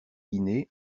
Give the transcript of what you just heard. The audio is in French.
guinée